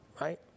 right